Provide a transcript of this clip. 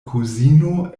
kuzino